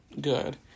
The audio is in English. good